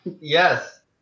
Yes